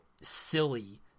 silly